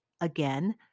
again